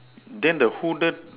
the the hooded